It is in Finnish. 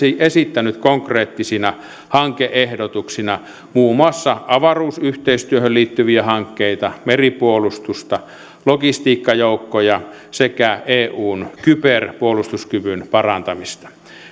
esittänyt konkreettisina hanke ehdotuksina muun muassa avaruusyhteistyöhön liittyviä hankkeita meripuolustusta logistiikkajoukkoja sekä eun kyberpuolustuskyvyn parantamista